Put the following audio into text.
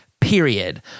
period